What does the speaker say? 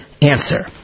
answer